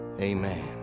amen